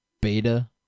beta